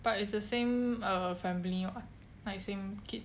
but it's the same uh family or like same kid